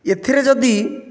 ଏଥିରେ ଯଦି